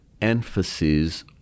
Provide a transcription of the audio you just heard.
emphasis